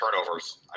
turnovers